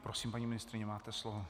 Prosím, paní ministryně, máte slovo.